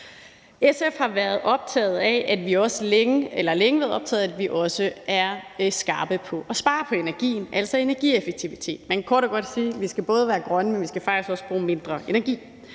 SF har længe været optaget af, at vi også er skarpe på at spare på energien, altså energieffektivitet. Man kan kort og godt sige, at vi både skal være grønne, men faktisk også skal bruge mindre energi.